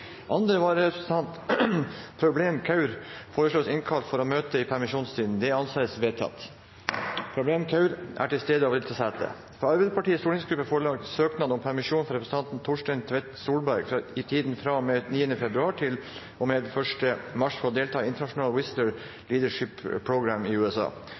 Andre vararepresentant, Prableen Kaur, innkalles for å møte i permisjonstiden. Prableen Kaur er til stede og vil ta sete. Fra Arbeiderpartiets stortingsgruppe foreligger søknad om permisjon for representanten Torstein Tvedt Solberg i tiden fra og med 9. februar til og med 1. mars for å delta i International Visitor Leadership Program i USA.